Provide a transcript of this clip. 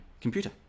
computer